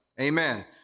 Amen